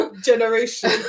generation